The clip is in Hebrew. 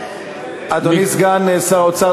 אדוני סגן שר האוצר,